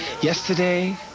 Yesterday